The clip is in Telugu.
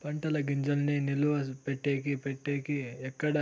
పంటల గింజల్ని నిలువ పెట్టేకి పెట్టేకి ఎక్కడ